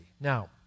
Now